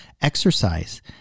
Exercise